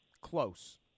close